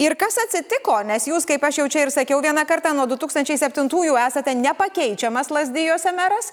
ir kas atsitiko nes jūs kaip aš jau čia ir sakiau vieną kartą nuo du tūkstančiai septintųjų esate nepakeičiamas lazdijuose meras